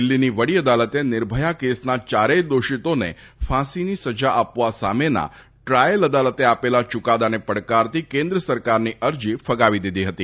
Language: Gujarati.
દિલ્ફીની વડી અદાલતે નિર્ભયા કેસના ચારેય દોષીતોને ફાંસીની સજા આપવા સામેના ટ્રાયલ અદાલતે આપેલા યૂકાદાને પડકારતી કેન્દ્ર સરકારની અરજી ફગાવી દીધી હતી